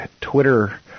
Twitter